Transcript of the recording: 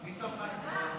מי שמך לקבוע?